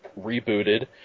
rebooted